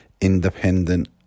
Independent